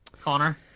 Connor